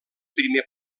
primer